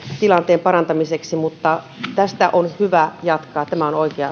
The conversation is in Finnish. tilanteen parantamiseksi mutta tästä on hyvä jatkaa tämä on oikea